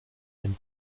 and